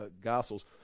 gospels